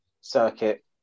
circuit